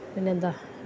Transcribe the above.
പിന്നെന്താ